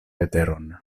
leteron